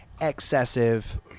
excessive